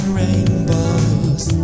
rainbows